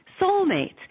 soulmates